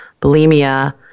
bulimia